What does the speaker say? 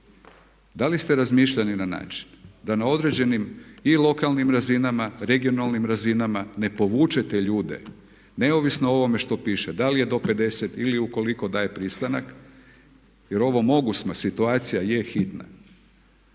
da li ste razmišljali na način da na određenim i lokalnim razinama, regionalnim razinama ne povučete ljude, neovisno o ovome što piše da li je do 50 ili ukoliko daju pristanak, jer ovo mogu i situacija je hitna,